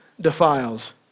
defiles